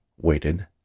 waited